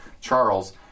Charles